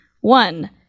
One